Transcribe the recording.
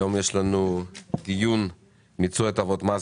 היום יש לנו דיון בנושא מיצוי הטבות המס